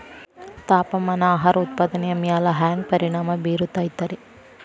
ತಾಪಮಾನ ಆಹಾರ ಉತ್ಪಾದನೆಯ ಮ್ಯಾಲೆ ಹ್ಯಾಂಗ ಪರಿಣಾಮ ಬೇರುತೈತ ರೇ?